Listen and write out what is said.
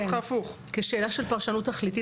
כשאלה של פרשנות תכליתית,